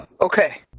Okay